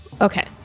okay